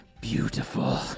beautiful